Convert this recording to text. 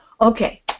Okay